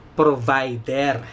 provider